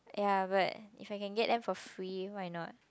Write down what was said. ya but if you can get them for free why not